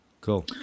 Cool